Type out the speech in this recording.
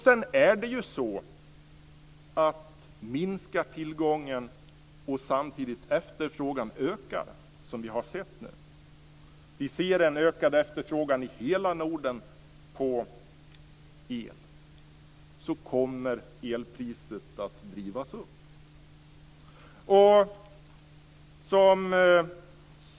Sedan är det ju så: Minskar tillgången samtidigt som efterfrågan ökar, såsom vi har sett - vi ser nu en ökad efterfrågan på el i hela Norden - kommer elpriset att drivas upp.